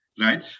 right